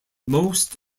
most